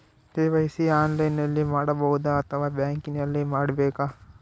KYC ಆನ್ಲೈನಲ್ಲಿ ಮಾಡಬಹುದಾ ಅಥವಾ ಬ್ಯಾಂಕಿನಲ್ಲಿ ಮಾಡ್ಬೇಕಾ?